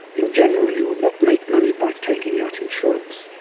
in general you will not make money by taking out insurance,